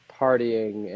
partying